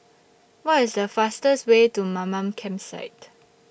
What IS The fastest Way to Mamam Campsite